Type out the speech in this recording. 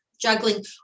Juggling